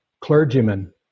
clergyman